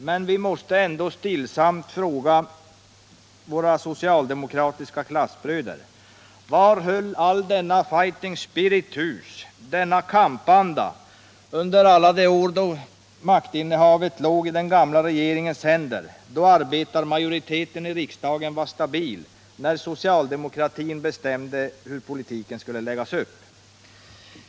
Men vi måste ändå stillsamt fråga våra socialdemokratiska klassbröder: Var höll all denna fighting spirit och denna kampanda hus under alla de år då maktinnehavet låg i den gamla regeringens händer, då arbetarmajoriteten i riksdagen var stabil och då socialdemokratin bestämde hur politiken skulle läggas upp?